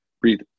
breathe